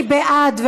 מי בעד?